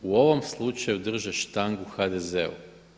U ovom slučaju drže štangu HDZ-u.